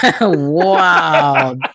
Wow